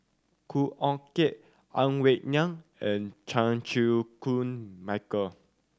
Khoo Oon Teik Ang Wei Neng and Chan Chew Koon Michael